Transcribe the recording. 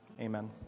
Amen